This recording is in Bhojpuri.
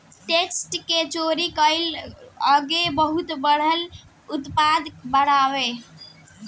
टैक्स के चोरी कईल एगो बहुत बड़का अपराध बावे